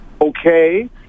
okay